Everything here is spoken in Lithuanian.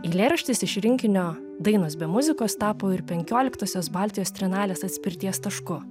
eilėraštis iš rinkinio dainos be muzikos tapo ir penkioliktosios baltijos trienalės atspirties tašku